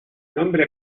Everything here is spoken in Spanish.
nombre